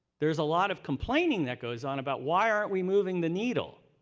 there's a lot of complaining that goes on about why aren't we moving the needle.